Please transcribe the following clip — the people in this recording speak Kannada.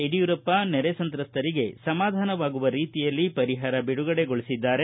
ಯಡಿಯೂರಪ್ಪ ನೆರೆ ಸಂತ್ರಸ್ತರಿಗೆ ಸಮಾಧಾನವಾಗುವ ರೀತಿಯಲ್ಲಿ ಪರಿಪಾರ ಬಿಡುಗಡೆಗೊಳಿಸಿದ್ದಾರೆ